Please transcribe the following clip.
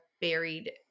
buried